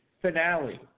finale